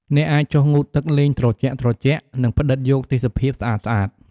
អ្នកអាចចុះងូតទឹកលេងត្រជាក់ៗ និងផ្តិតយកទេសភាពស្អាតៗ។